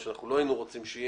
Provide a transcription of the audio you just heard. מה שלא היינו רוצים שיהיה,